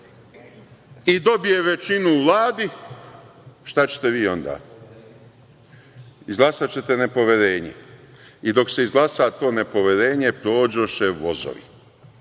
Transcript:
i dobije većinu u Vladi, šta ćete vi onda. Izglasaćete nepoverenje? Dok se izglasa to nepoverenje prođoše vozovi.